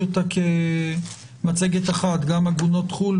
כבוד היושב-ראש,